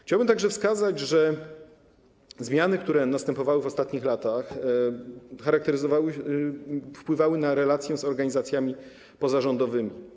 Chciałbym także wskazać, że zmiany, które następowały w ostatnich latach, wpływały na relacje z organizacjami pozarządowymi.